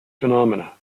phenomena